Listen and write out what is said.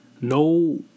no